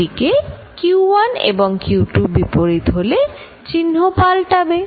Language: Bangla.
অন্যদিকে q1 এবং q2 বিপরীত হলে চিহ্ন পাল্টাবে